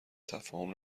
تفاهم